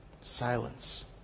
silence